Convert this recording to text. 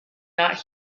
not